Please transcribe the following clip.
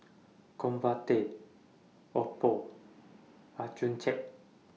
Convatec Oppo Accucheck